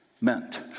meant